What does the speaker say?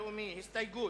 על ההסתייגות.